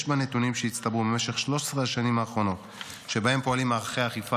בנתונים שהצטברו במשך 13 השנים האחרונות שבהן פועלים מערכי האכיפה